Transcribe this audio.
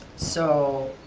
so,